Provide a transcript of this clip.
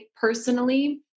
personally